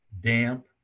damp